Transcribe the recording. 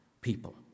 people